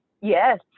yes